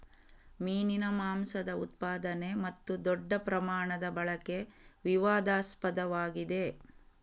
ಮೀನಿನ ಮಾಂಸದ ಉತ್ಪಾದನೆ ಮತ್ತು ದೊಡ್ಡ ಪ್ರಮಾಣದ ಬಳಕೆ ವಿವಾದಾಸ್ಪದವಾಗಿದೆ